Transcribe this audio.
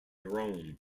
rome